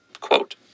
quote